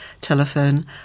telephone